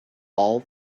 all